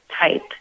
type